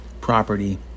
property